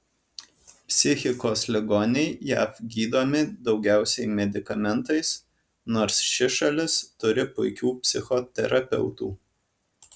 psichikos ligoniai jav gydomi daugiausiai medikamentais nors ši šalis turi puikių psichoterapeutų